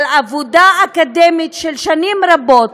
על עבודה אקדמית של שנים רבות,